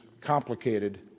complicated